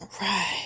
Right